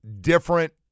different